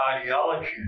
ideology